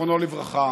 זיכרונו לברכה,